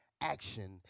action